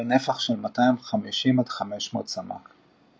בנפח 250–500 סמ"ק.